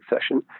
session